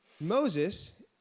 Moses